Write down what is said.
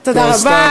לא, סתם.